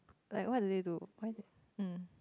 like what do they do why um